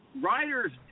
Riders